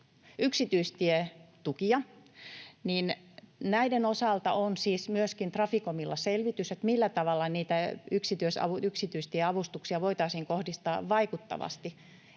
yksityistietukia, niin näiden osalta on siis myöskin Traficomilla selvitys, millä tavalla niitä yksityistieavustuksia voitaisiin kohdistaa vaikuttavasti.